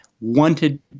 wanted